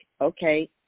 okay